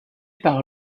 par